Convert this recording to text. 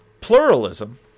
pluralism